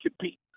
compete